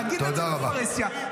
להגיד את זה בפרהסיה -- תודה רבה,